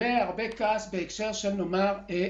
שומע שעולה הרבה כעס בהקשר של העצמאים.